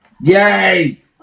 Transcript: Yay